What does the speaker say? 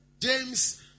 James